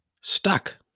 stuck